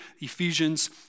Ephesians